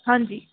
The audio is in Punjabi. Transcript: ਹਾਂਜੀ